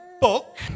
book